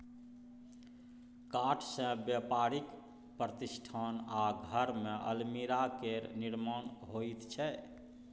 काठसँ बेपारिक प्रतिष्ठान आ घरमे अलमीरा केर निर्माण होइत छै